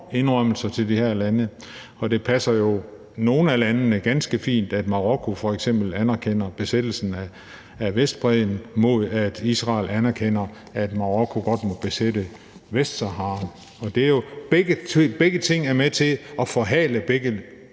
indrømmelser til de her lande, og det passer jo nogle af landene ganske fint, at Marokko f.eks. anerkender besættelsen af Vestbredden mod, at Israel anerkender, at Marokko godt må besætte Vestsahara. Og begge ting er jo med til at forhale begge